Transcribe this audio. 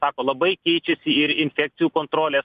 sako labai keičiasi ir infekcijų kontrolės